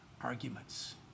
arguments